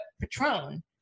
Patron